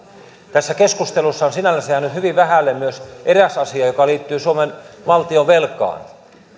tässä keskustelussa on sinänsä jäänyt hyvin vähälle myös eräs asia joka liittyy suomen valtionvelkaan